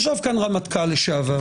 ישב פה רמטכ"ל לשעבר